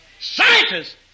Scientists